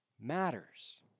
matters